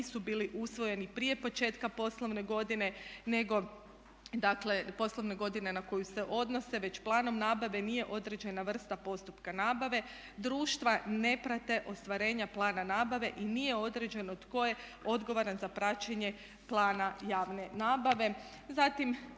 nisu bili usvojeni prije početka poslovne godine nego dakle poslovna godina na koju se odnose već planom nabave nije određena vrsta postupka nabave. Društva ne prate ostvarenja plana nabave i nije određeno tko je odgovoran za praćenje plana javne nabave.